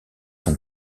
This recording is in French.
son